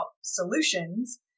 solutions